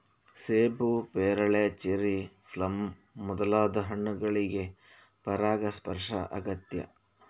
ಸೇಬು, ಪೇರಳೆ, cherry, plum ಮೊದಲಾದ ಹಣ್ಣುಗಳಿಗೆ ಪರಾಗಸ್ಪರ್ಶ ಅಗತ್ಯ